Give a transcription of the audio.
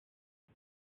ils